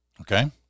Okay